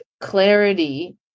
clarity